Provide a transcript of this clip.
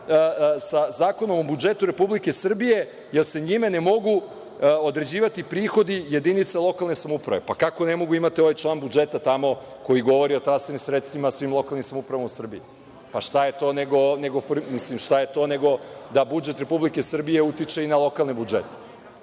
sa Zakonom o budžetu Republike Srbije jer se njime ne mogu određivati prihodi jedinica lokalne samouprave. Pa, kako ne mogu, imate ovaj član budžeta tamo koji govori o sredstvima svim lokalnim samoupravama u Srbiji. Pa, šta je to nego da budžet Republike Srbije utiče i na lokalne budžete. Znači,